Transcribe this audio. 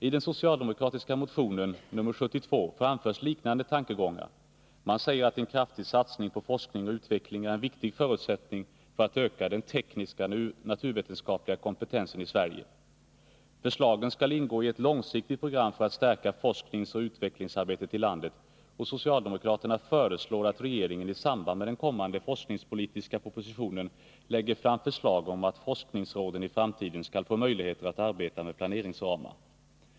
I den socialdemokratiska motionen 1980/81:72 framförs liknande tankegångar. Man säger att en kraftig satsning på forskning och utveckling är en viktig förutsättning för att öka den tekniska och naturvetenskapliga kompetensen i Sverige. Förslagen skall ingå i ett långsiktigt program för att stärka forskningsoch utvecklingsarbetet i landet, och socialdemokraterna föreslår att regeringen i samband med den kommande forskningspolitiska Nr 46 propositionen lägger fram förslag om att forskningsråden i framtiden skall få möjligheter att arbeta med planeringsramar.